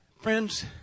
Friends